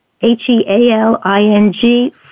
H-E-A-L-I-N-G